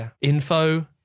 Info